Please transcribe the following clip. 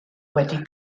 wedi